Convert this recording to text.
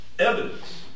evidence